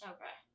Okay